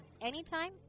anytime